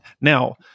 Now